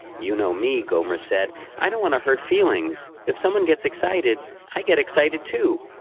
you know me, gomer said. i don't want to hurt feelings. if someone gets excited i get excited, too.